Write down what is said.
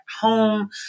home